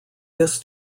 this